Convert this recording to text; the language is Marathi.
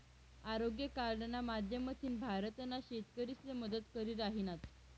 आरोग्य कार्डना माध्यमथीन भारतना शेतकरीसले मदत करी राहिनात